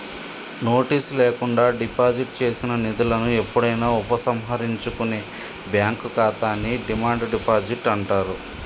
notice లేకుండా deposit చేసిన నిధులను ఎప్పుడైనా ఉపసంహరించుకునే బ్యాంక్ ఖాతాని డిమాండ్ డిపాజిట్ అంటారు